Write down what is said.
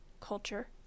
Culture